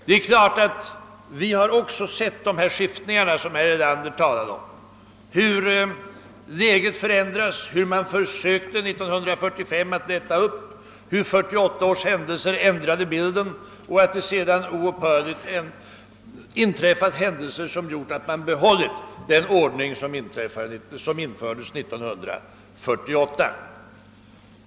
Det är klart att vi iakttagit de skiftningar som herr Erlander talade om: hur läget förändrats, hur man 1945 försökte lätta upp systemet, hur 1948 års händelser ändrade bilden och hur det sedan oupphörligt inträffat händelser som gjort att man behållit den ordning som infördes 1948.